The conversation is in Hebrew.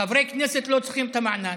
חברי כנסת לא צריכים את המענק,